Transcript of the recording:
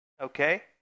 okay